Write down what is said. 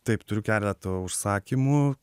taip turiu keletą užsakymų